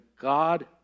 God